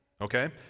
okay